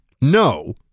No